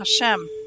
Hashem